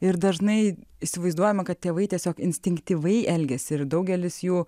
ir dažnai įsivaizduojama kad tėvai tiesiog instinktyviai elgiasi ir daugelis jų